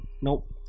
Nope